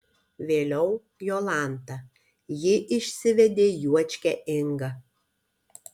vėliau jolanta ji išsivedė juočkę ingą